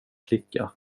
flicka